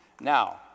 Now